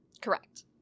Correct